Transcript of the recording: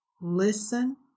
listen